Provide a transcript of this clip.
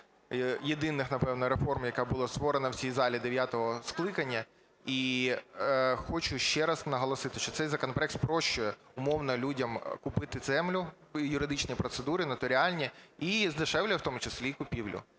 єдиних, напевно, реформ, яка була створена в цій залі дев'ятого скликання. І хочу ще раз наголосити, що цей законопроект спрощує, умовно, людям купити землю, юридичні процедури, нотаріальні і здешевлює в тому числі купівлю.